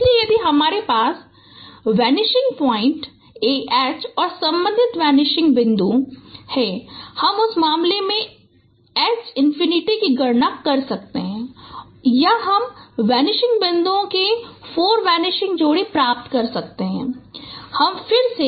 इसलिए यदि हमारे पास वानिशिंग बिंदु ah और संबंधित वानिशिंग बिंदु हैं हम उस मामले में H इन्फिनिटी की गणना कर सकते हैं या हम वानिशिंग बिंदुओं की 4 वानिशिंग जोड़ी प्राप्त कर सकते हैं हम फिर से H इन्फिनिटी की गणना करें